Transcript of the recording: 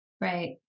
right